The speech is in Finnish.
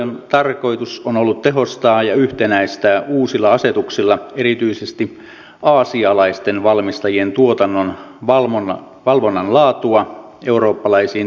komission tarkoitus on ollut tehostaa ja yhtenäistää uusilla asetuksilla erityisesti aasialaisten valmistajien tuotannon valvonnan laatua eurooppalaisiin toimijoihin nähden